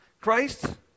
Christ